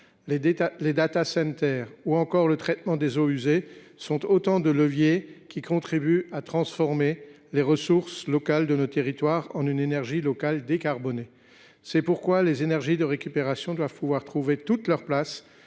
les ou encore le traitement des eaux usées sont autant de leviers qui contribuent à transformer les ressources locales de nos territoires en une énergie locale décarbonée. Les énergies de récupération doivent donc pouvoir trouver toute leur place